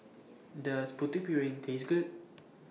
Does Putu Piring Taste Good